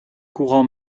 courants